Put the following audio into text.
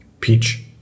peach